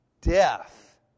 death